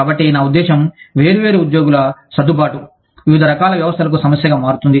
కాబట్టి నా ఉద్దేశ్యం వేర్వేరు ఉద్యోగుల సర్దుబాటు వివిధ రకాల వ్యవస్థలకు సమస్యగా మారుతుంది